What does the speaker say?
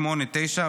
(9) ו-11(1)